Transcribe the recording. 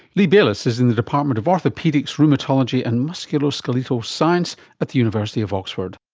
lee bayliss is in the department of orthopaedics, rheumatology and musculoskeletal science at the university of oxford.